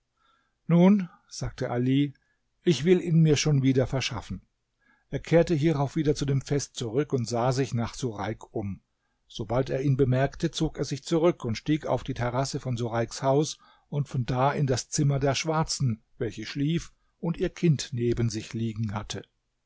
nun sagte ali ich will mir ihn schon wieder verschaffen er kehrte hierauf wieder zu dem fest zurück und sah sich nach sureik um sobald er ihn bemerkte zog er sich zurück und stieg auf die terrasse von sureiks haus und von da in das zimmer der schwarzen welche schlief und ihr kind neben sich liegen hatte